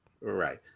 Right